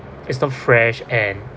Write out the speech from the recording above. it's not fresh and